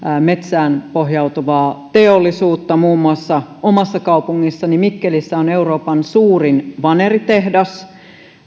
metsään pohjautuvaa teollisuutta muun muassa omassa kaupungissani mikkelissä on euroopan suurin vaneritehdas